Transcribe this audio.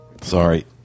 Sorry